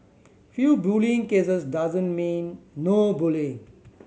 few bullying cases doesn't mean no bullying